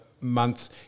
Month